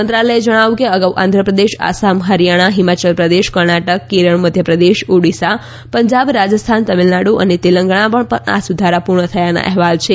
મંત્રાલયે જણાવ્યું કે અગાઉ આંધ્રપ્રદેશ આસામ હરિયાણા હિમાચલ પ્રદેશ કર્ણાટક કેરળ મધ્યપ્રદેશ ઓડિશા પંજાબ રાજસ્થાન તામિલનાડુ અને તેલંગાણામાં પણ આ સુધારા પૂર્ણ થયાના અહેવાલ છે